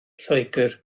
lloegr